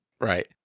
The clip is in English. Right